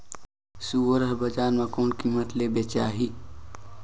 सुअर हर बजार मां कोन कीमत ले बेचाही?